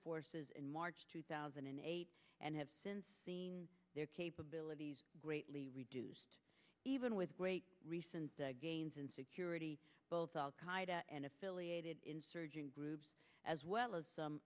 forces in march two thousand and eight and have since seen their capabilities greatly reduced even with great recent gains in security both al qaeda and affiliated insurgent groups as well as